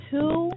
Two